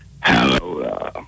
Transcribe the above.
Hello